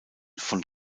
von